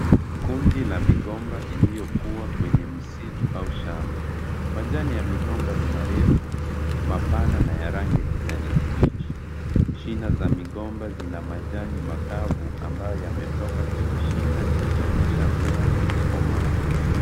Kundi la migomba iliyokuwa kwenye msitu au shamba, majani ya migomba ni marefu, mapanana na ya rangi ya kijani kipichi shina za migomba zina majani makavu ambayo yametoka kwenye shina ikionyesha mmea kumekomaa.